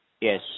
yes